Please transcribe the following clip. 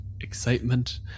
excitement